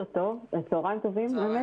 צוהריים טובים.